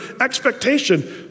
expectation